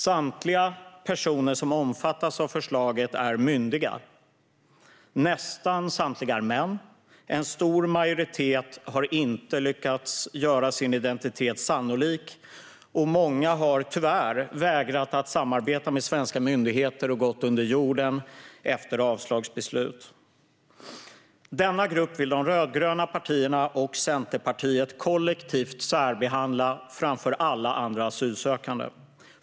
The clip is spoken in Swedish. Samtliga personer som omfattas av förslaget är myndiga, nästan samtliga är män, en stor majoritet har inte lyckats göra sin identitet sannolik och många har tyvärr vägrat att samarbeta med svenska myndigheter och gått under jorden efter avslagsbeslut. Denna grupp vill de rödgröna partierna och Centerpartiet kollektivt särbehandla framför alla andra asylsökande.